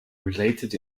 related